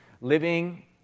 living